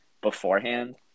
beforehand